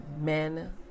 men